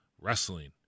wrestling